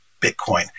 Bitcoin